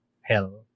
hell